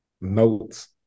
notes